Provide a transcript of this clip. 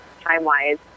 time-wise